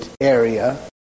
area